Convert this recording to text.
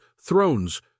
thrones